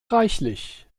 reichlich